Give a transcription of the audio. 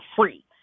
free